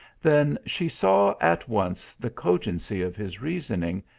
than she saw at once the cogency of his reasoning,